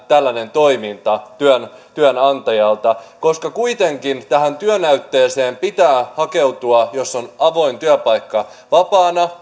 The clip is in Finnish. tällainen toiminta työnantajalta käytännössä estetään koska kuitenkin tähän työnäytteeseen pitää hakeutua jos on avoin työpaikka vapaana